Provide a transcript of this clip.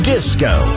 Disco